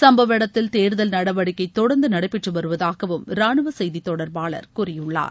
சுப்பவ இடத்தில் தேர்தல் நடவடிக்கை தொடர்ந்து நடைபெற்று வருவதாகவும் ராணுவ செய்தித் தொடர்பாளர் கூறியுள்ளார்